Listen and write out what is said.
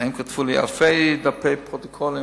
הם כתבו לי, אלפי דפי פרוטוקולים.